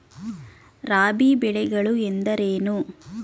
ರಾಬಿ ಬೆಳೆಗಳು ಎಂದರೇನು?